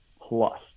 plus